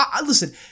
Listen